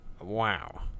wow